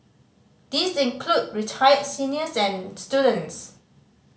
these include retired seniors and students